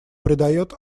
придает